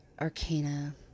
Arcana